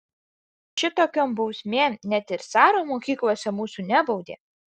šitokiom bausmėm net ir caro mokyklose mūsų nebaudė